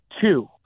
two